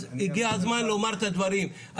אז הגיע הזמן לומר את הדברים.